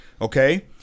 Okay